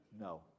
No